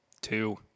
Two